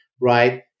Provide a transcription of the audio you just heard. right